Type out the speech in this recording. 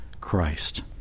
Christ